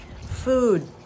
food